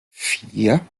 vier